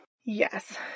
Yes